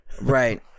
Right